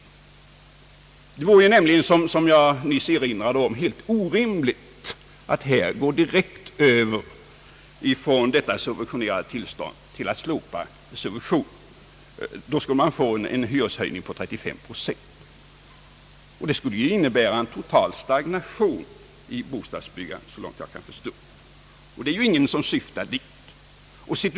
Det vore nämligen, som jag nyss erinrade om, helt orimligt att gå direkt över från dagens subventionerade tillstånd till att slopa subventionerna. Då skulle man få en hyreshöjning på 35 procent! Det skulle innebära en total stagnation i bostadsbyggandet, och dit syftar ju ingen.